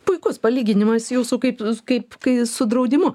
puikus palyginimas jūsų kaip kaip kai su draudimu